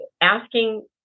asking